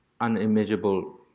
unimaginable